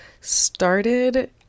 started